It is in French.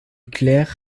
clair